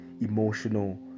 emotional